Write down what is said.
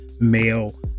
male